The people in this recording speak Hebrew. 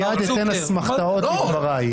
מייד אתן אסמכתות לדבריי.